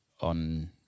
on